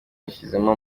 yashyizemo